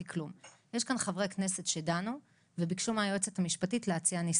יש כאן חברי כנסת שדנו וביקשו מהיועצת המשפטית להציע ניסוח,